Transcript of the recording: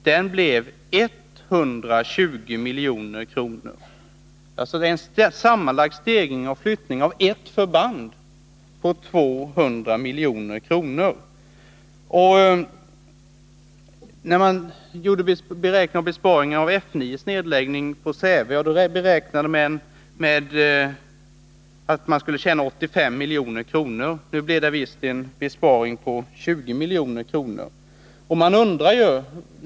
Den blev 120 milj.kr. För flyttningen av ett förband blev det alltså en sammanlagd kostnadsökning på 200 milj.kr. När man beräknade besparingarna av F 9:s nedläggning kom man fram till att man skulle tjäna 85 milj.kr. Det blev en besparing på 20 milj.kr.